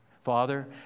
Father